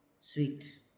sweet